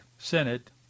senate